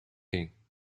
king